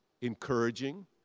encouraging